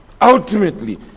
Ultimately